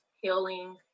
healing